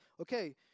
Okay